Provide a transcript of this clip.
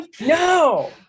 No